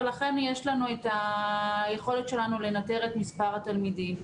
ולכן יש לנו את היכולת שלנו לנתר את מספר התלמידים.